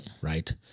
right